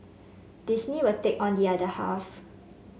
Disney will take on the other half